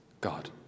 God